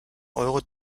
euro